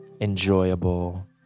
enjoyable